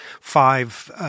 five